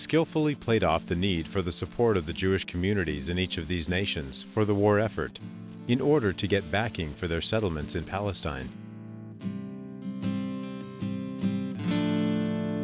skillfully played off the need for the support of the jewish communities in each of these nations for the war effort in order to get backing for their settlements in palestine